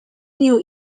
new